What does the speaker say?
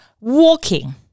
walking